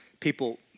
people